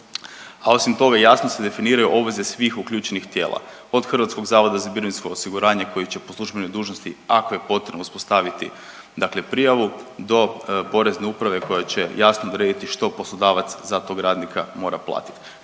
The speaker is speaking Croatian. A osim toga, jasno se definiraju obveze svih uključenih tijela od Hrvatskog zavoda za mirovinsko osiguranje koji će po službenoj dužnosti ako je potrebno uspostaviti, dakle prijavu do porezne uprave koja će jasno odrediti što poslodavac za tog radnika mora platiti.